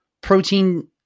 protein